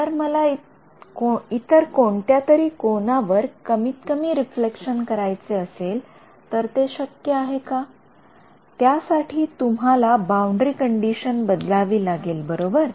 जर मला इतर कोणत्या तरी कोनावर कमीतकमी रिफ्लेक्शन करायचे असेल तर ते शक्य आहे का त्यासाठी तुम्हाला बाउंडरी कंडिशन बदलावी लागेलबरोबर